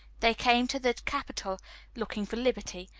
they came to the capital looking for liberty,